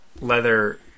Leather